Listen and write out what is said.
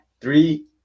three